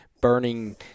burning